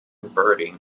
birding